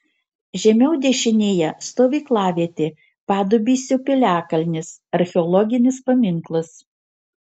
žemiau dešinėje stovyklavietė padubysio piliakalnis archeologinis paminklas